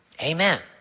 Amen